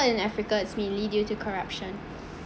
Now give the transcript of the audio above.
in africa it's mainly due to corruption